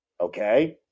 Okay